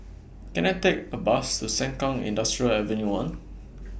Can I Take A Bus to Sengkang Industrial Avenue one